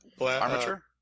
Armature